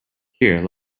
here